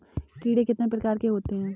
कीड़े कितने प्रकार के होते हैं?